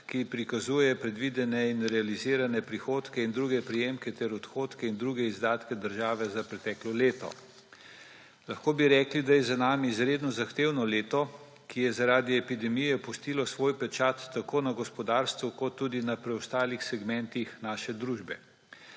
ki prikazuje predvidene in realizirane prihodke in druge prejemke ter odhodke in druge izdatke države za preteklo leto. Lahko bi rekli, da ja za nami izredno zahtevno leto, ki je zaradi epidemije pustilo svoj pečat tako na gospodarstvu kot tudi na preostalih segmentih naše družbe.